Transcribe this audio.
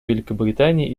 великобритании